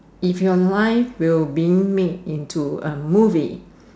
if you life will been meeting to a movie